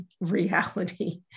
reality